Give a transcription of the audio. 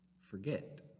forget